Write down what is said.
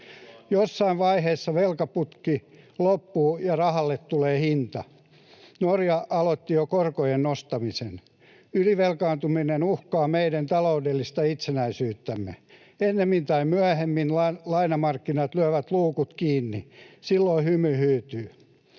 Jossain vaiheessa velkaputki loppuu ja rahalle tulee hinta. Norja aloitti jo korkojen nostamisen. Ylivelkaantuminen uhkaa meidän taloudellista itsenäisyyttämme. Ennemmin tai myöhemmin lainamarkkinat lyövät luukut kiinni. Silloin hymy hyytyy.